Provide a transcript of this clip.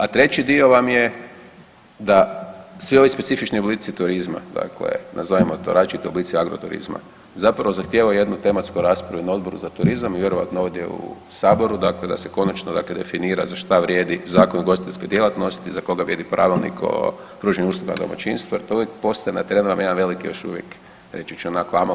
A treći dio vam je da svi ovi specifični oblici turizma, dakle nazovimo to različiti oblici agroturizma zapravo zahtijevaju jednu tematsku raspravu na Odboru za turizam i vjerojatno ovdje u saboru dakle da se konačno dakle definira za šta vrijedi Zakon o ugostiteljskoj djelatnosti, za koga vrijedi Pravilnik o pružanju usluga u domaćinstvu jer to uvijek postaje na terenu jedan veliki još uvijek reći ću onako … [[Govornik se ne razumije]] Evo toliko, hvala.